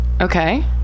Okay